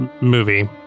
movie